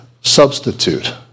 substitute